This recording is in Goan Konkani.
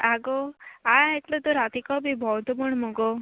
आगो हांवें आयकलां तो रातीको बी भोवता बीन मुगो